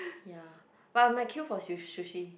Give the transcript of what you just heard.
ya but I might queue for su~ sushi